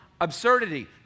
absurdity